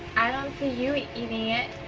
i dont see you eating it!